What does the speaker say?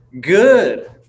good